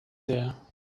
there